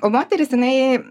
o moteris jinai